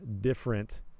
different